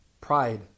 pride